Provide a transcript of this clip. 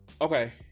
Okay